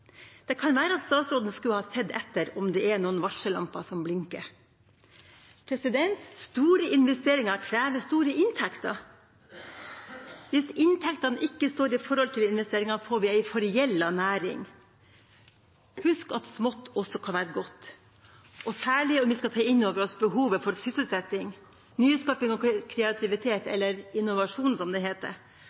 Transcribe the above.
Det kan være at statsråden skulle ha sett etter om det var noen varsellamper som blinket. Store investeringer krever store inntekter. Hvis inntektene ikke står i forhold til investeringene, får vi en forgjeldet næring. Husk at smått også kan være godt, særlig om vi tar inn over oss behovet for sysselsetting, nyskaping og kreativitet – eller innovasjon, som det heter